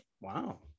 Wow